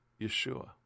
Yeshua